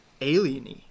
alien-y